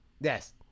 Yes